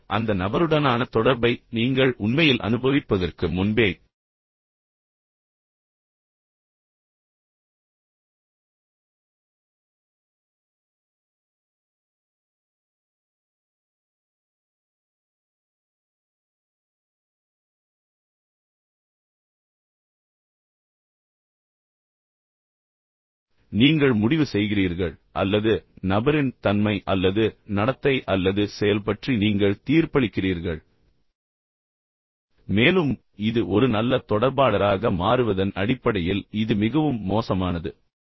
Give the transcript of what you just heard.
பின்னர் அந்த நபருடனான தொடர்பை நீங்கள் உண்மையில் அனுபவிப்பதற்கு முன்பே நீங்கள் முடிவு செய்கிறீர்கள் அல்லது நபரின் தன்மை அல்லது நடத்தை அல்லது செயல் பற்றி நீங்கள் தீர்ப்பளிக்கிறீர்கள் மேலும் இது ஒரு நல்ல தொடர்பாளராக மாறுவதன் அடிப்படையில் இது மிகவும் மோசமானது